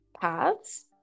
paths